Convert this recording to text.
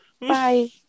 Bye